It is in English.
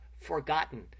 forgotten